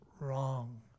Wrong